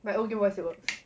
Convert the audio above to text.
my old gameboy still works